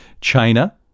China